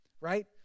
right